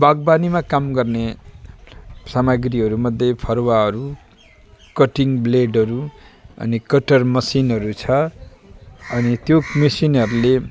बागवानीमा काम गर्ने सामग्रीहरूमध्ये फरुवाहरू कटिङ ब्लेडहरू अनि कटर मसिनहरू छ अनि त्यो मसिनहरूले